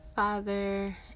Father